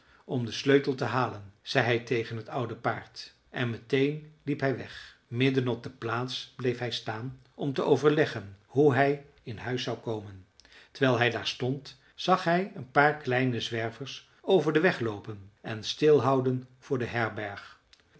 om den sleutel te halen zei hij tegen het oude paard en meteen liep hij weg midden op de plaats bleef hij staan om te overleggen hoe hij in huis zou komen terwijl hij daar stond zag hij een paar kleine zwervers over den weg loopen en stilhouden voor de herberg